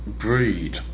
breed